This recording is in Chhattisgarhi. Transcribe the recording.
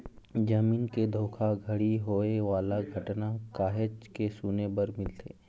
जमीन के धोखाघड़ी होए वाला घटना काहेच के सुने बर मिलथे